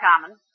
common